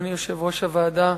אדוני יושב-ראש הוועדה,